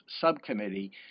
subcommittee